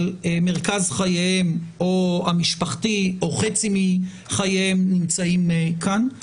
מרכז חייהם - או המשפחתי או חצי מחייהם נמצא כאן.